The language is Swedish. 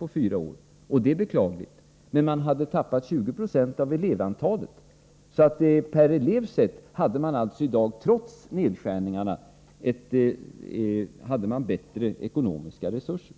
Det är naturligtvis beklagligt, men kommunen hade under samma period tappat 20 20 av elevantalet. Per elev hade alltså kommunen i dag, trots nedskärningarna, bättre ekonomiska resurser.